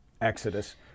exodus